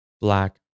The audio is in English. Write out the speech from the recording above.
Black